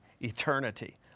eternity